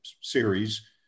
series